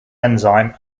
enzyme